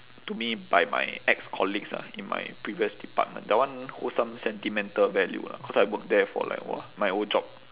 to me by my ex-colleagues ah in my previous department that one hold some sentimental value lah cause I work there for like !wah! my old job